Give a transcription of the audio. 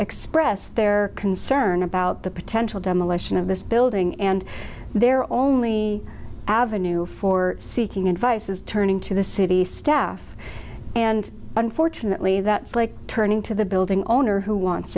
express their concern about the potential demolition of this building and they're only avenue for seeking advice is turning to the city staff and unfortunately that's like turning to the building owner who wants